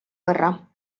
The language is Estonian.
võrra